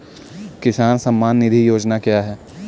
किसान सम्मान निधि योजना क्या है?